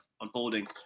unfolding